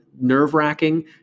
nerve-wracking